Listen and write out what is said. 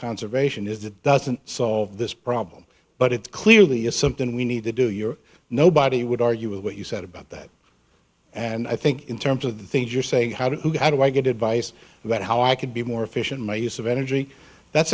conservation is it doesn't solve this problem but it clearly is something we need to do you're nobody would argue with what you said about that and i think in terms of the things you're saying how do you how do i get advice about how i could be more efficient my use of energy that's